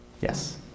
Yes